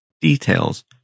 details